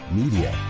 media